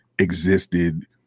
Existed